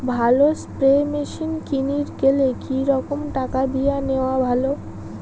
ভালো spray machine কিনির গেলে কি রকম টাকা দিয়া নেওয়া ভালো?